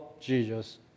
Jesus